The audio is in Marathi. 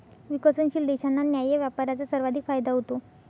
विकसनशील देशांना न्याय्य व्यापाराचा सर्वाधिक फायदा होतो